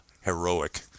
heroic